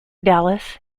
dallas